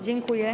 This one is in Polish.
Dziękuję.